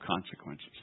consequences